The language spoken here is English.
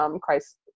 Christ